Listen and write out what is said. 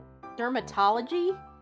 Dermatology